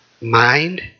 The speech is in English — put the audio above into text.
mind